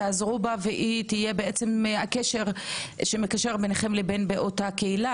תיעזרו בה והיא תהיה הקשר ביניכם לאותה קהילה.